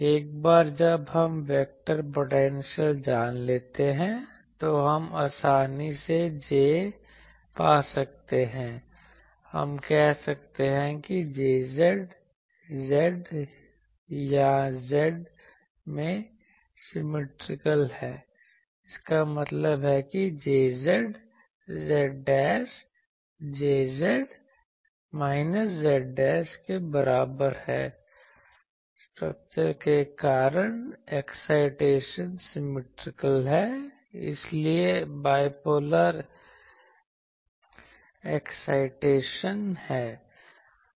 एक बार जब हम वेक्टर पोटेंशियल जान लेते हैं तो हम आसानी से J पा सकते हैं हम कह सकते हैं कि Jz z या z में सिमिट्रिकल है इसका मतलब है कि Jz z Jz z के बराबर है स्ट्रक्चर के कारण एक्साइटेशन सिमिट्रिकल है इसलिए बाइपोलर एक्साइटेशन है